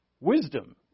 Wisdom